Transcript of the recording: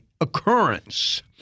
occurrence